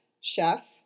Chef